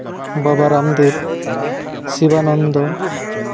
Baba Ramdev Sivananda